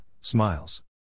smiles